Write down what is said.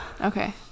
okay